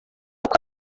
uko